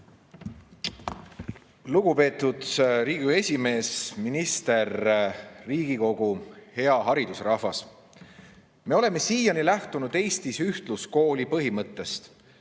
Lugupeetud Riigikogu esimees! Minister! Riigikogu! Hea haridusrahvas! Me oleme siiani lähtunud Eestis ühtluskooli põhimõttest.